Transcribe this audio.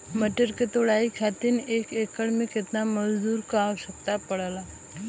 मटर क तोड़ाई खातीर एक एकड़ में कितना मजदूर क आवश्यकता पड़ेला?